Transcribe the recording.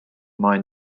mind